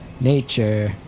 Nature